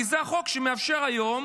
כי זה החוק שמאפשר היום